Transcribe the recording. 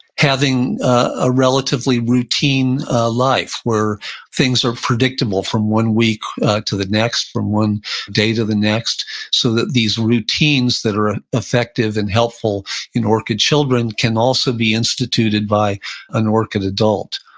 having a relatively routine life where things are predictable from one week to the next, from one day to the next so that these routines that are effective and helpful in orchid children can also be instituted by an orchid adult,